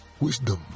Wisdom